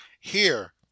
Here